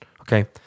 Okay